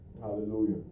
Hallelujah